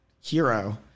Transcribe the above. hero